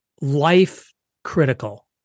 life-critical